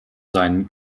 sein